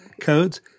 codes